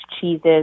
cheeses